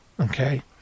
Okay